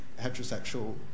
heterosexual